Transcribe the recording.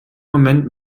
moment